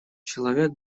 человек